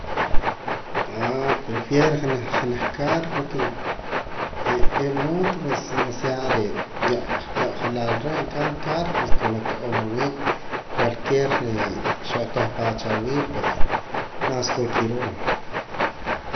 prefiero janaj janaj carro porque moto pues demasiado re' yojelaal reh en cambio carro pues ko na to'oom awiib' cualquier re' xoo atohpa cha awiib' pues más ko kiroo.